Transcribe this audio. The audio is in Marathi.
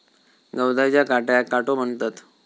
गवताच्या काट्याक काटो म्हणतत